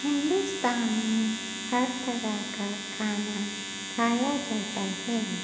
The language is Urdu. ہندوستان میں ہر طرح کا کھانا کھایا جاتا ہے